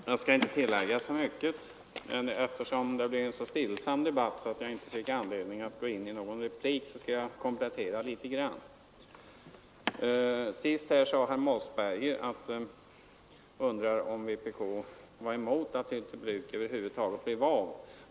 Herr talman! Jag skall inte tillägga så mycket. Men eftersom det blev en så stillsam debatt att jag inte fick anledning till någon replik skall jag komplettera litet. Herr Mossberger undrade om vpk var emot att Hylte bruk över huvud taget kom till.